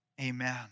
Amen